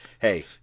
Hey